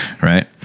Right